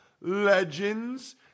legends